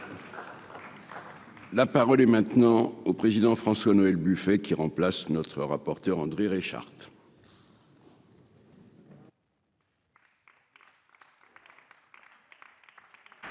La parole est maintenant au président François Noël Buffet qui remplace notre rapporteur André Reichardt.